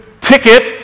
ticket